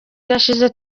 irashize